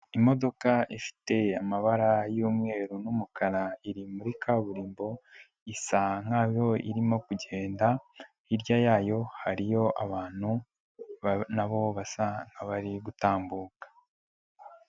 Imodoka ifite amabara y'umweru n'umukara, iri muri kaburimbo isa nkaho irimo kugenda hirya yayo hariyo abantu nabo basa nk'abari gutambuka.